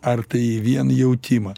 ar tai vien į jautimą